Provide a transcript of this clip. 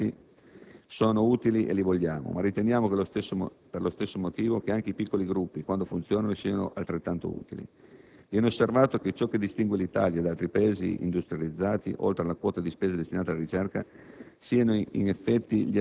I grandi gruppi importanti sono utili e li vogliamo; ma riteniamo per lo stesso motivo che anche i piccoli gruppi, quando funzionano, siano altrettanto utili. Viene osservato come ciò che distingue l'Italia da altri Paesi industrializzati - oltre alla quota di spesa destinata alla ricerca